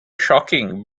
shocking